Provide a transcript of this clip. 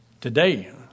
Today